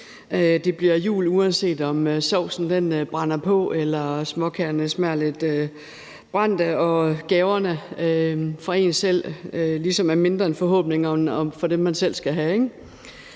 Det bliver jul, uanset om sovsen brænder på eller småkagerne smager lidt brændt og gaverne fra en selv ligesom er mindre end forhåbningerne til dem, man skal have